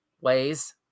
ways